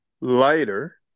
lighter